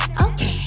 Okay